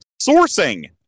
sourcing